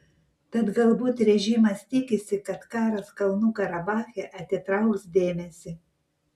tad galbūt režimas tikisi kad karas kalnų karabache atitrauks dėmesį